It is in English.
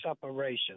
separation